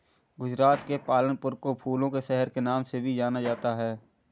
गुजरात के पालनपुर को फूलों के शहर के नाम से भी जाना जाता है